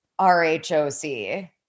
RHOC